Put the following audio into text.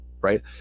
Right